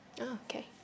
okay